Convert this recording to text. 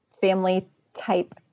family-type